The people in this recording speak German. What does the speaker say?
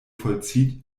vollzieht